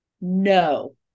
no